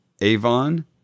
Avon